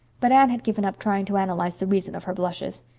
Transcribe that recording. but anne had given up trying to analyze the reason of her blushes.